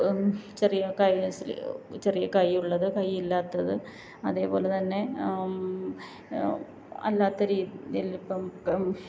ചെറിയ കൈ സ്ലി ചെറിയ കയ്യുള്ളത് കയ്യില്ലാത്തത് അതേപോലെ തന്നെ അല്ലാത്ത രീതിയിലിപ്പം